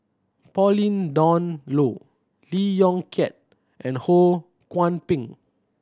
Pauline Dawn Loh Lee Yong Kiat and Ho Kwon Ping